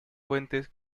fuentes